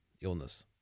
illness